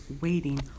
waiting